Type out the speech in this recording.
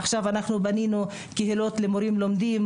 עכשיו בנינו קהילות למורים לומדים,